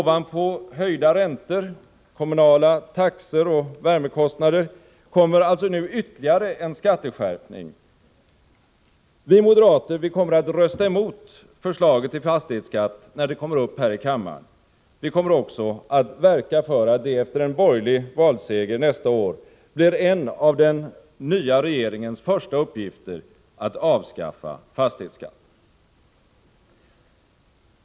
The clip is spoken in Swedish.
Ovanpå höjda räntor, kommunala taxor och värmekostnader kommer alltså nu ytterligare en skatteskärpning. Vi moderater kommer att rösta emot förslaget till fastighetsskatt när det kommer upp här i kammaren. Vi kommer också att verka för att det efter en borgerlig valseger nästa år blir en av den nya regeringens första uppgifter att avskaffa fastighetsskatten.